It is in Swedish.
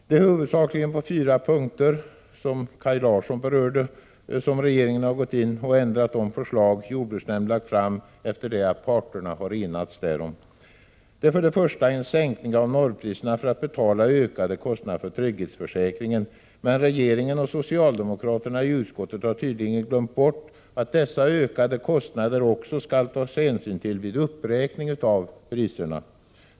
Det är, som Kaj Larsson berörde, huvudsakligen på fyra punkter regeringen har gått in och ändrat det förslag jordbruksnämnden lagt fram efter det att parterna enats. Det är för det första en sänkning av normpriserna för att betala ökade kostnader för trygghetsförsäkringen. Men regeringen och socialdemokraterna i utskottet har tydligen glömt bort att det också skall tas hänsyn till dessa ökade kostnader vid uppräkning av priserna.